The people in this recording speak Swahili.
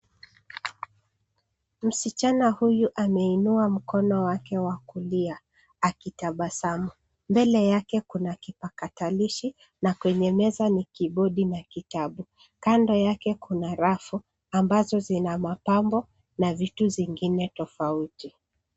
Msichana huyu ameinua mkono wake wa kulia, akitabasamu. Mbele yake kuna kipakatilishi, na kwenye meza ni kibodi na kitabu. Kando yake kuna rafu, ambazo zina mapambo, na vitu zingine tofauti.